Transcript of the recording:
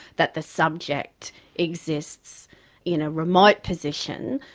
that the subject exists in a remote position,